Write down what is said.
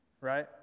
Right